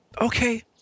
Okay